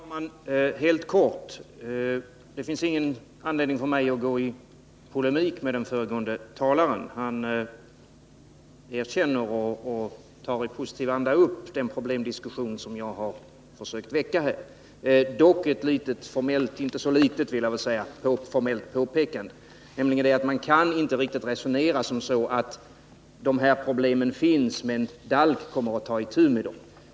Fru talman! Helt kort: Det finns ingen anledning för mig att gå i polemik mot den föregående talaren — han erkänner och tar i positiv anda upp den diskussion som jag har försökt väcka. Jag vill dock göra ett formellt påpekande: Man kan inte riktigt resonera som så, att man säger att dessa problem finns men att DALK kommer att ta itu med dem.